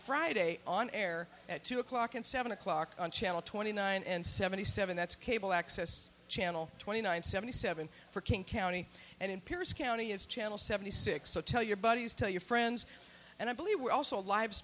friday on air at two o'clock and seven o'clock on channel twenty nine and seventy seven that's cable access channel twenty nine seventy seven for king county and in pierce county is channel seventy six so tell your buddies tell your friends and i believe we're also live